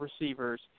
receivers